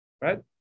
right